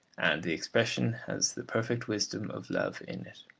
and the expression has the perfect wisdom of love in it.